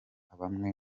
bamwe